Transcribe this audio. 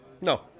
No